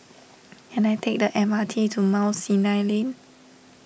can I take the M R T to Mount Sinai Lane